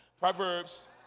Proverbs